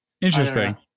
interesting